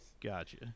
Gotcha